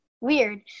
weird